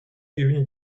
une